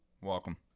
Welcome